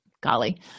golly